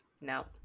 No